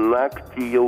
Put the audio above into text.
naktį jau